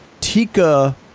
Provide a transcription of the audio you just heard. Tika